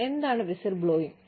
എന്താണ് വിസിൽബ്ലോയിംഗ്